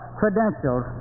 credentials